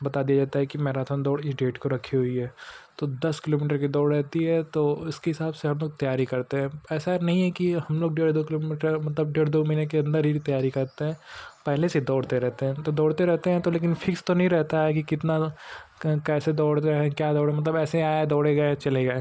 बता दिया जाता है कि मैराथन दौड़ इस डेट को रखी हुई है तो दस किलोमीटर की दौड़ रहती है तो इसके हिसाब से हमलोग तैयारी करते हैं ऐसा नहीं है कि हमलोग डेढ़ दो किलोमीटर मतलब डेढ़ दो महीने के अन्दर ही तैयारी करते हैं पहले से ही दौड़ते रहते हैं तो दौड़ते रहते हैं तो लेकिन फिक्स तो नहीं रहता है कि कितना कैसे दौड़ रहे हैं क्या दौड़ें मतलब ऐसे आया दौड़ते गए चले गए